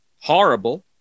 horrible